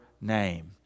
name